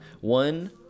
one